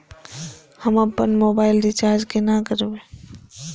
हम अपन mobile recharge केना करब?